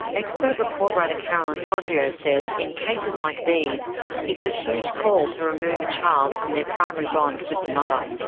expert report writer carolyn quadrio says in cases like these it's a huge call to remove a child from their primary bond with the mother.